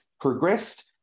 progressed